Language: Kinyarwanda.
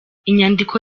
inyandiko